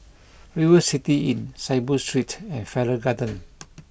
River City Inn Saiboo Street and Farrer Garden